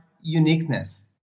uniqueness